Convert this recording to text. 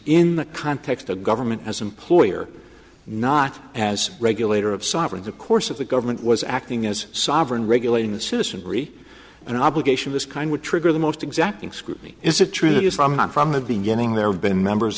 in the context of government as employer not as regulator of sovereigns of course of the government was acting as sovereign regulating the citizenry an obligation this kind would trigger the most exacting scrutiny is it true that is from not from the beginning there have been members